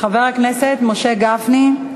חבר הכנסת משה גפני.